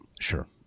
Sure